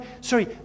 Sorry